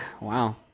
wow